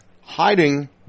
hiding